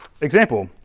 Example